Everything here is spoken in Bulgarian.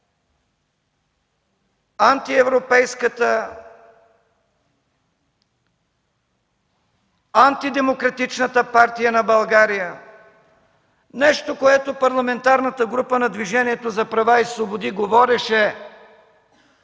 антиевропейската, антидемократичната партия на България – нещо, което Парламентарната група на Движението за права и свободи говореше